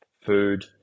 food